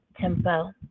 Tempo